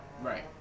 Right